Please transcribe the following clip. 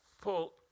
Paul